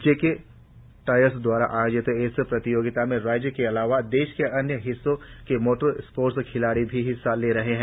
जे K tyre दवारा आयोजित इस प्रतियोगिता में राज्य के अलावा देश के अन्य हिस्सों के मोटर स्पोर्ट्स खिलाड़ी भी हिस्सा लेंगे